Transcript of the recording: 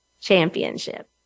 championship